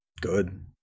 Good